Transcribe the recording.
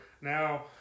now